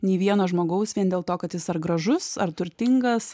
nei vieno žmogaus vien dėl to kad jis ar gražus ar turtingas